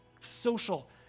social